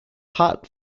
heart